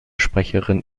sprecherin